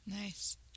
Nice